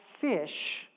fish